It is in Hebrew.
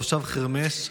תושב חרמש,